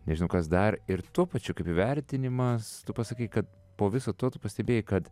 nežinau kas dar ir tuo pačiu kaip įvertinimas tu pasakai kad po viso to tu pastebėjai kad